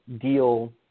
deal